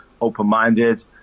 open-minded